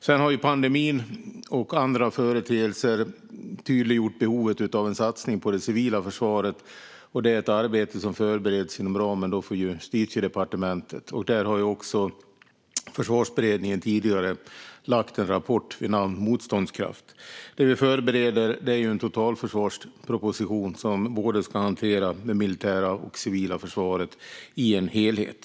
Sedan har pandemin och andra företeelser tydliggjort behovet av en satsning på det civila försvaret. Det är ett arbete som förbereds inom ramen för Justitiedepartementet. Försvarsberedningen har också tidigare lagt fram en rapport vid namn Motståndskraft . Det vi förbereder är en totalförsvarsproposition som ska hantera både det militära och det civila försvaret i en helhet.